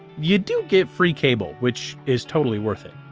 you do get free cable, which is totally worth it!